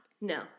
No